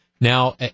Now